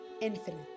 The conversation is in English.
infinite